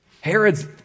Herod's